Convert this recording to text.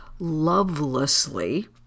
lovelessly